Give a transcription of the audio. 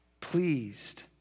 pleased